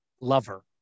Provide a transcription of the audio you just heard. lover